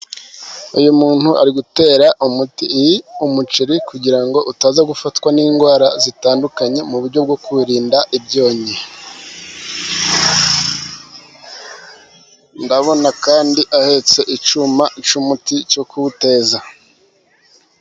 Uyu muntu ari gutera umuti umuceri kugira ngo utaza gufatwa n'indwara zitandukanye mu buryo bwo kuwurinda ibyonyi. Ndabona kandi ahetse icyuma cy'umuti cyo kuwuteza.